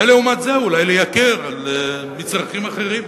ולעומת זאת אולי לייקר על מצרכים אחרים,